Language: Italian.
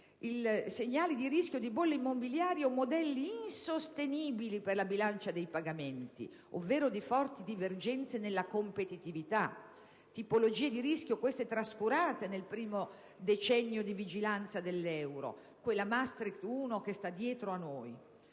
Van Rompuy - di bolla immobiliare o di modelli insostenibili per la bilancia dei pagamenti, ovvero di forti divergenze nella competitività. Tipologie di rischio trascurate nel primo decennio di vigenza dell'euro, quel primo Trattato di Maastricht che sta dietro a noi.